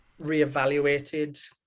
reevaluated